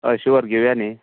हय शुवर घेवयां न्ही